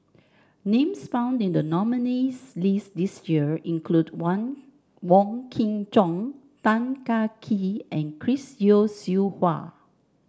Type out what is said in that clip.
names found in the nominees' list this year include Wang Wong Kin Jong Tan Kah Kee and Chris Yeo Siew Hua